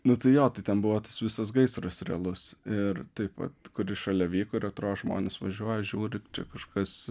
nu tai jo tai ten buvo tas visas gaisras realus ir taip vat kuris šalia vyko ir žmonės važiuoja žiūri čia kažkas